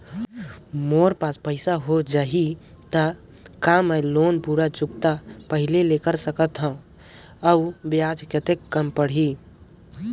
मोर पास पईसा हो जाही त कौन मैं लोन पूरा चुकता पहली ले कर सकथव अउ ब्याज कतेक कम पड़ही?